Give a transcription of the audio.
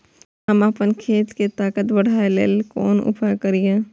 हम आपन खेत के ताकत बढ़ाय के लेल कोन उपाय करिए?